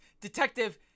Detective